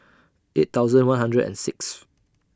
eight thousand one hundred and six